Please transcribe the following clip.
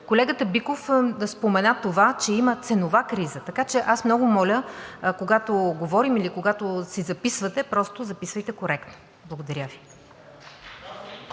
Колегата Биков спомена това, че има ценова криза. Така че аз много моля, когато говорим или когато си записвате, просто записвайте коректно. Благодаря Ви.